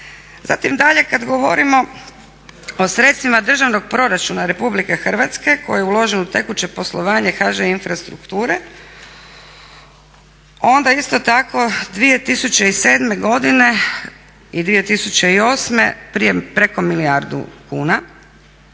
Zatim dalje kad govorimo o sredstvima državnog proračuna Republike Hrvatske koji je uložen u tekuće poslovanje HŽ-Infrastrukture onda isto tako 2007. godine i 2008. preko milijardu kuna